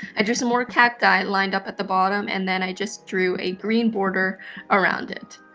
i drew some more cacti lined up at the bottom and then i just drew a green boarder around it.